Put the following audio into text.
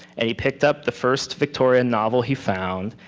and he picked up the first victorian novel he found.